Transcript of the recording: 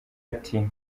ati